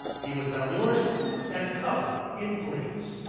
he was malnourished and covered in fleas.